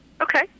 Okay